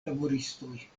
laboristoj